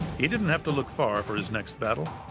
he didn't have to look far for his next battle,